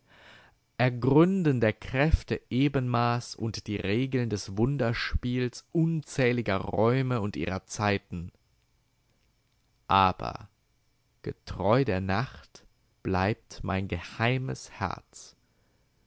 ergründen der kräfte ebenmaß und die regeln des wunderspiels unzähliger räume und ihrer zeiten aber getreu der nacht bleibt mein geheimes herz